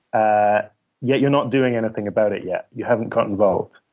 ah yet you're not doing anything about it yet. you haven't got involved.